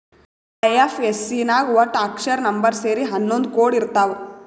IFSC ನಾಗ್ ವಟ್ಟ ಅಕ್ಷರ, ನಂಬರ್ ಸೇರಿ ಹನ್ನೊಂದ್ ಕೋಡ್ ಇರ್ತಾವ್